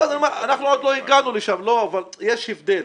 אבל יש הבדל.